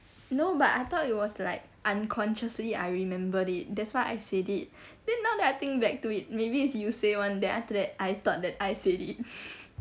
no but I thought it was like unconsciously I remembered it that's why I said it then now that I think back to it maybe it's you say [one] then after that I thought that I said it